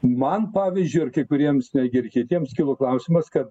man pavyzdžiui ir kai kuriems ir kitiems kilo klausimas kad